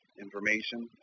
information